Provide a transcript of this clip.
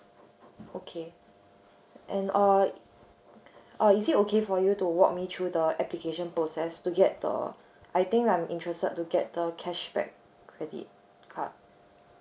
okay and uh uh is it okay for you to walk me through the application process to get the I think I'm interested to get the cashback credit card